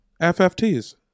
FFTs